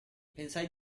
pensai